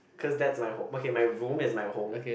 cause that's my hom~ okay my room is my home